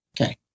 okay